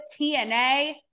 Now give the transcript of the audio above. TNA